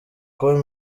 kuba